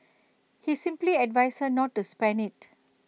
he simply advised her not to spend IT